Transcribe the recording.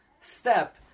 step